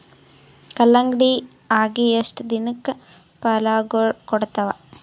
ಕಲ್ಲಂಗಡಿ ಅಗಿ ಎಷ್ಟ ದಿನಕ ಫಲಾಗೋಳ ಕೊಡತಾವ?